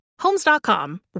Homes.com